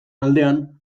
aldean